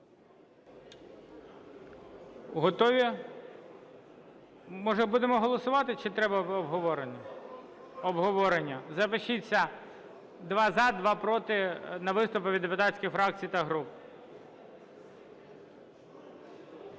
Готові? Може, будемо голосувати чи треба обговорення? Обговорення. Запишіться: два – за, два – проти на виступи від депутатських фракцій та груп.